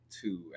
two